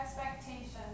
expectations